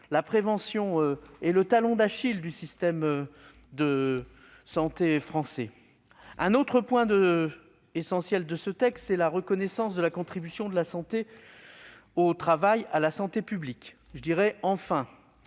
la prévention est le talon d'Achille du système de santé français. Un autre point essentiel de ce texte est la reconnaissance de la contribution de la santé au travail à la santé publique. « Enfin !